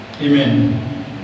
Amen